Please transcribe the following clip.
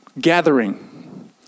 gathering